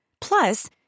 Plus